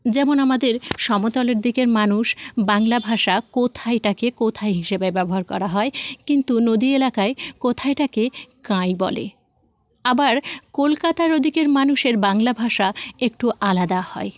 যেমন আমাদের সমতলের দিকের মানুষ বাংলা ভাষা কোথায়টাকে কোথায় হিসাবে ব্যবহার করা হয় কিন্তু নদী এলাকায় কোথায়টাকে কাই বলে আবার কলকাতার ওদিকের মানুষের বাংলা ভাষা একটু আলাদা হয়